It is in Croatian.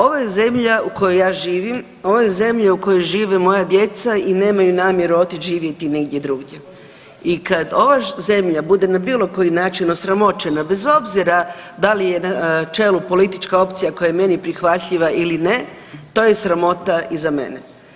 Ovo je zemlja u kojoj ja živim, ovo je zemlja u kojoj žive moja djeca i nemaju namjeru otić živjeti negdje drugdje i kad ova zemlja bude na bilo koji način osramoćena bez obzira da li je na čelu politička opcija koja je meni prihvatljiva ili ne, to je sramota i za mene.